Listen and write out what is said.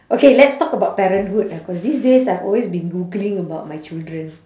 okay let's talk about parenthood ah cause these days I've always been googling about my children